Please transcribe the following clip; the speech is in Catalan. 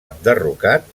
enderrocat